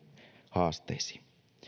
haasteisiin